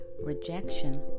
rejection